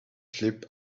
sleep